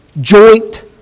joint